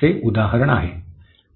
चे उदाहरण आहे